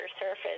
surface